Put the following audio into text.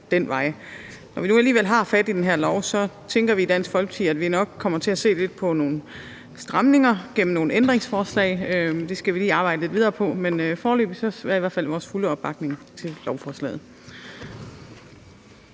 Når vi nu alligevel har fat i den her lov, tænker vi i Dansk Folkeparti, at vi nok kommer til at se lidt på nogle stramninger gennem nogle ændringsforslag. Det skal vi lige arbejde lidt videre på. Men foreløbig har lovforslaget i hvert fald vores fulde opbakning. Kl.